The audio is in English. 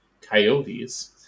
Coyotes